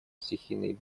стихийные